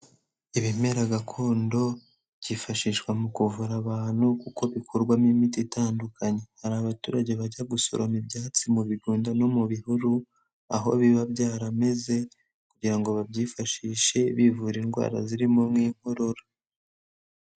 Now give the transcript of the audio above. Ibimera gakondo, byifashishwa mu kuvura abantu kuko bikorwamo imiti itandukanye. Hari abaturage bajya gusoroma ibyatsi mu bigunda no mu bihuru, aho biba byarameze kugira ngo babyifashishe bivura indwara zirimo nk'inkorora.